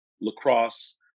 lacrosse